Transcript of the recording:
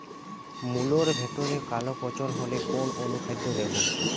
মুলোর ভেতরে কালো পচন হলে কোন অনুখাদ্য দেবো?